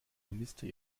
minister